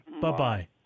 Bye-bye